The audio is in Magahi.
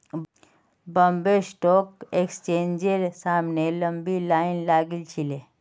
बॉम्बे स्टॉक एक्सचेंजेर सामने लंबी लाइन लागिल छिले